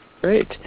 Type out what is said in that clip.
Great